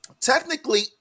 Technically